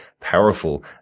powerful